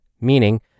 meaning